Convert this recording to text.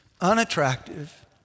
unattractive